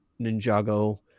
Ninjago